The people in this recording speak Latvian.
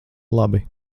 labi